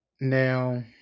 Now